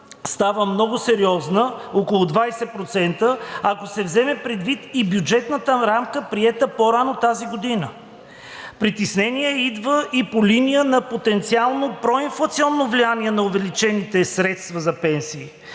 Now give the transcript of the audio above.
става много сериозна – около 20%, ако се вземе предвид и бюджетната рамка, приета по-рано тази година. Притеснение идва и по линия на потенциално проинфлационно влияние на увеличените средства за пенсии.